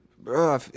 Bro